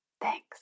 Thanks